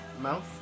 mouth